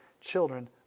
children